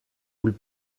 would